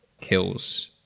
kills